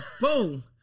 boom